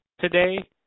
today